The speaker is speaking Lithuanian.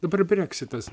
dabar breksitas